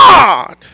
God